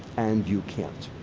and you can't.